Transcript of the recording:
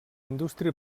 indústria